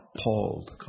appalled